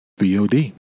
VOD